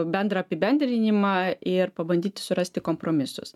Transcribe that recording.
bendrą apibendrinimą ir pabandyti surasti kompromisus